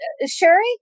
Sherry